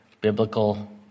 biblical